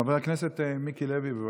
חבר הכנסת מיקי לוי, בבקשה.